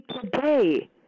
today